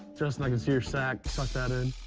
justin, i can see your sack. tuck that in.